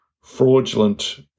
fraudulent